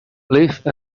live